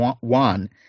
one